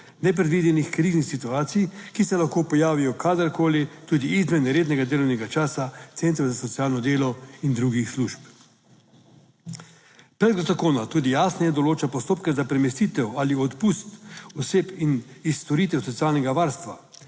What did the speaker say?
nepredvidenih kriznih situacij, ki se lahko pojavijo kadarkoli, tudi izven rednega delovnega časa centrov za socialno delo in drugih služb. Predlog zakona tudi jasneje določa postopke za premestitev ali odpust oseb iz storitev socialnega varstva,